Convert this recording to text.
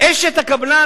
"זה שאשת הקבלן",